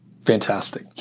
Fantastic